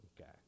Okay